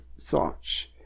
thoughts